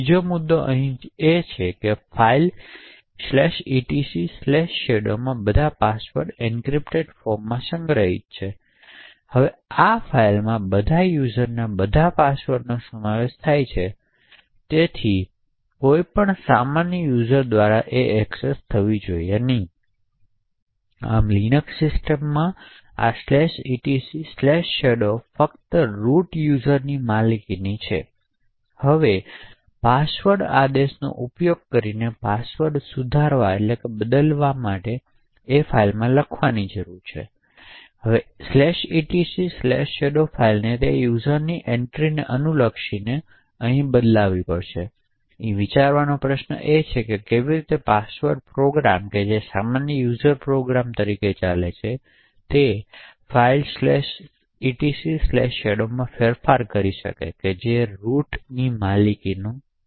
બીજો મુદ્દો એ છે કે ફાઇલ etcshadow માં બધા પાસવર્ડ્સ એન્ક્રિપ્ટેડ ફોર્મમાં સંગ્રહિત છે હવે આ ફાઇલમાં બધા યુઝરના બધા પાસવર્ડોનો સમાવેશ થાય છે અને તેથી કોઈપણ સામાન્ય યુઝર દ્વારા એ એક્સેસ થવી જોઈએ નહીં આમ લિનક્સ સિસ્ટમમાં આ etcshadow ફક્ત રુટ યુઝરની માલિકીની છે હવે પાસવર્ડ આદેશનો ઉપયોગ કરીને પાસવર્ડને સુધારવા માટે તે લખવાની જરૂર રહેશે etcshadow ફાઇલને તે યુઝરની એન્ટ્રીને અનુલક્ષીને અહીં વિચારવાનો પ્રશ્ન એ છે કે કેવી રીતે પાસવર્ડ પ્રોગ્રામ જે સામાન્ય યુઝર પ્રોગ્રામ તરીકે ચાલે છે તે ફાઇલ etcshadow માં ફેરફાર કરે છે જે રુટની માલિકીની છે